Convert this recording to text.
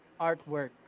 artwork